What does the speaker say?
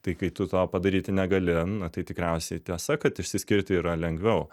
tai kai tu to padaryti negali na tai tikriausiai tiesa kad išsiskirti yra lengviau